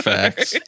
Facts